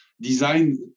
design